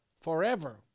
forever